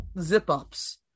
zip-ups